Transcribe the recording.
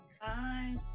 Bye